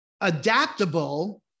adaptable